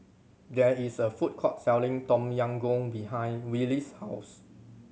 there is a food court selling Tom Yam Goong behind Wylie's house